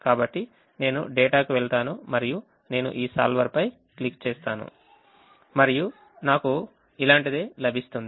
కాబట్టి నేను డేటాకు వెళ్తాను మరియు నేను ఈ solver పై క్లిక్ చేస్తాను మరియు నాకు ఇలాంటిదే లభిస్తుంది